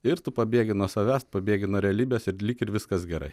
ir tu pabėgi nuo savęs pabėgi nuo realybės ir lyg ir viskas gerai